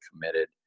committed